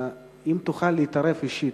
אם תוכל להתערב אישית,